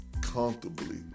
comfortably